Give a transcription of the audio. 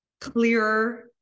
clearer